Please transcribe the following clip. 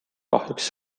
kahjuks